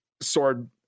sword